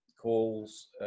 calls